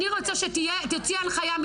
אני רוצה שתוציאי הנחיה,